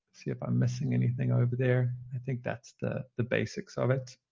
see if i'm missing anything over there. i think that's the the basics of it.